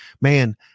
man